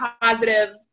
positive